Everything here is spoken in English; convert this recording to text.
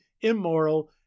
immoral